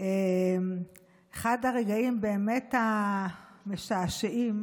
אחד הרגעים באמת המשעשעים